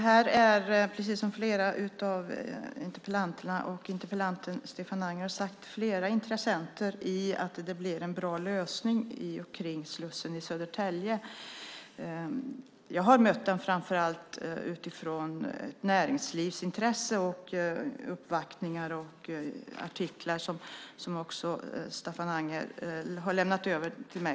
Herr talman! Som interpellanten Staffan Anger och andra har sagt beror det på flera intressenter att det blir en bra lösning när det gäller slussen i Södertälje. Jag har mött detta framför allt utifrån ett näringslivsintresse i form av uppvaktningar och artiklar som Staffan Anger har lämnat över till mig.